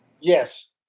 Yes